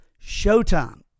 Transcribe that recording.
Showtime